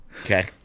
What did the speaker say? Okay